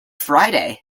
friday